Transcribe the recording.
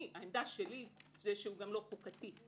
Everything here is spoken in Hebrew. עמדתי, זה שהוא גם לא חוקתי.